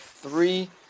Three